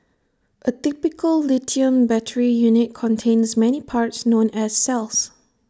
A typical lithium battery unit contains many parts known as cells